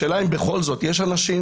השאלה היא אם בכל זאת יש אנשים,